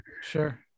Sure